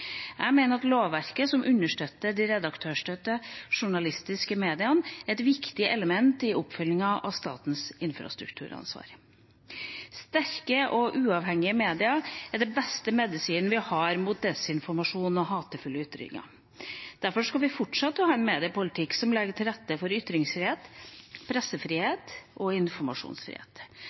Jeg mener at lovverket som understøtter de redaktørstyrte journalistiske mediene, er et viktig element i oppfyllingen av statens infrastrukturansvar. Sterke og uavhengige medier er den beste medisinen vi har mot desinformasjon og hatefulle ytringer. Derfor skal vi fortsette å ha en mediepolitikk som legger til rette for ytringsfrihet, pressefrihet og informasjonsfrihet,